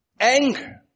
anger